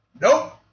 Nope